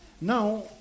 Now